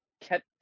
kept